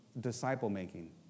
disciple-making